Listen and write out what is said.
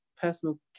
personal